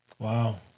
Wow